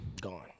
Gone